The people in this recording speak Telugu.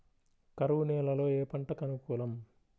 కరువు నేలలో ఏ పంటకు అనుకూలం?